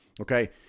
Okay